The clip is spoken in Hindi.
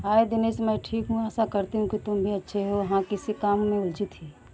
हाय दिनेश मैं ठीक हूँ आशा करती हूँ तुम भी अच्छे हो हाँ किसी काम में उलझी थी